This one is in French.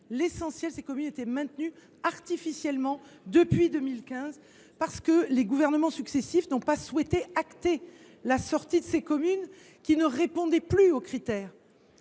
plus zonées. Ces communes étaient maintenues artificiellement depuis 2015 dans le zonage, parce que les gouvernements successifs n’avaient pas souhaité acter la sortie des communes qui ne répondaient plus aux critères.